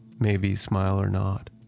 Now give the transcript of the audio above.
maybe smile or nod.